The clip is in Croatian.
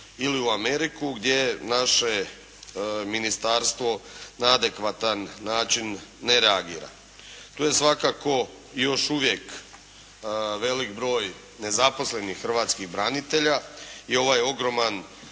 ili u Ameriku gdje naše Ministarstvo na adekvatan način ne reagira. Tu je svakako i još uvijek velik broj nezaposlenih hrvatskih branitelja i ovaj ogroman